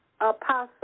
Apostle